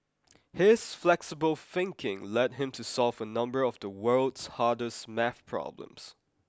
his flexible thinking led him to solve a number of the world's hardest math problems